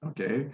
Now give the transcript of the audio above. okay